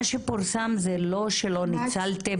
מה שפורסם זה לא שלא ניצלתם.